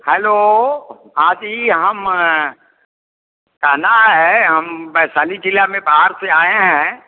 hello हाँ जी हम थाना आए हैं हम वैशाली ज़िले में बाहर से आए हैं